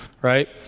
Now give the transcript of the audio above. Right